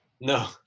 No